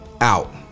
out